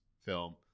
film